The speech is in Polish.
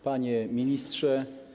Panie Ministrze!